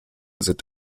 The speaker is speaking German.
sind